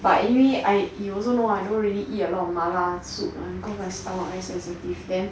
but anyway I you also know what don't really eat a lot of 麻辣 soup one cause my stomach very sensitive then